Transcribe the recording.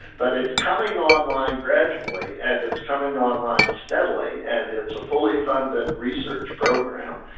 but it's coming online gradually and it's coming online steadily and it's a fully funded research program.